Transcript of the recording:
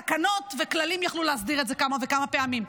תקנות וכללים יכלו להסדיר את זה כמה וכמה פעמים.